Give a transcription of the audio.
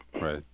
Right